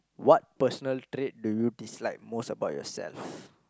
what personal trait do you dislike most about yourself